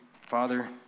Father